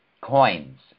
coins